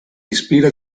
ispira